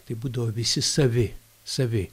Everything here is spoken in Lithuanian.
tai būdavo visi savi savi